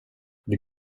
det